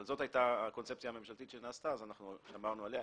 אבל זו הייתה הקונספציה הממשלתית ואנחנו שמרנו עליה.